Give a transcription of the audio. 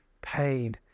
pain